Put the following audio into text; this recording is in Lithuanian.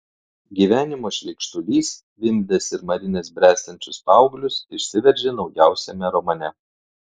gyvenimo šleikštulys vimdęs ir marinęs bręstančius paauglius išsiveržė naujausiame romane